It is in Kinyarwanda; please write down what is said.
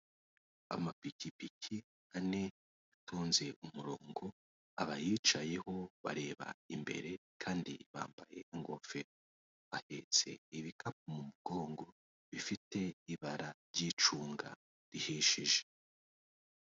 Amapikipiki ane atonze umurongo, abayicayeho bareba imbere kandi bambaye ingofero, bahetse ibikapu mu mugongo bifite ibara ry'icunga rihishije.